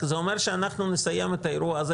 זה רק אומר שאנחנו נסיים את האירוע הזה,